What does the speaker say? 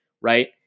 right